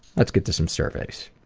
let's get to some surveys.